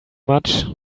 much